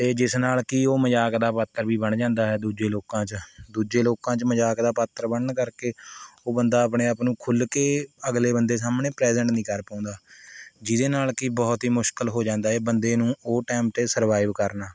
ਅਤੇ ਜਿਸ ਨਾਲ਼ ਕਿ ਉਹ ਮਜ਼ਾਕ ਦਾ ਪਾਤਰ ਵੀ ਬਣ ਜਾਂਦਾ ਹੈ ਦੂਜੇ ਲੋਕਾਂ 'ਚ ਦੂਜੇ ਲੋਕਾਂ 'ਚ ਮਜ਼ਾਕ ਦਾ ਪਾਤਰ ਬਣਨ ਕਰਕੇ ਉਹ ਬੰਦਾ ਆਪਣੇ ਆਪ ਨੂੰ ਖੁੱਲ੍ਹ ਕੇ ਅਗਲੇ ਬੰਦੇ ਸਾਹਮਣੇ ਪ੍ਰੈਜੈਂਟ ਨਹੀਂ ਕਰ ਪਾਉਂਦਾ ਜਿਹਦੇ ਨਾਲ਼ ਕਿ ਬਹੁਤ ਹੀ ਮੁਸ਼ਕਿਲ ਹੋ ਜਾਂਦਾ ਏ ਬੰਦੇ ਨੂੰ ਉਹ ਟਾਈਮ 'ਤੇ ਸਰਵਾਈਵ ਕਰਨਾ